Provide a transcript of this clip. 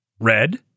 red